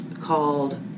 called